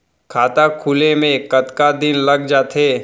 खाता खुले में कतका दिन लग जथे?